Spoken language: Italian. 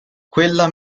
quella